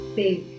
big